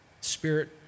Spirit